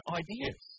ideas